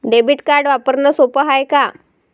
Debit card वापरणं सोप हाय का?